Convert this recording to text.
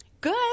Good